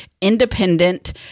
independent